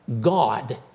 God